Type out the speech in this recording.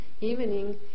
evening